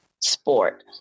sport